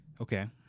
Okay